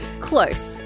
Close